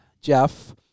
Jeff